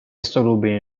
solubile